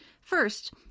First